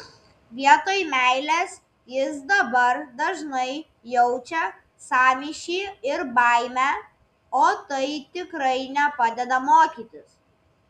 vietoj meilės jis dabar dažnai jaučia sąmyšį ir baimę o tai tikrai nepadeda mokytis